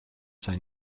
sain